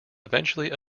eventually